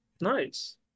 Nice